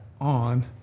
on